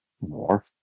more